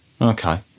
Okay